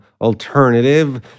alternative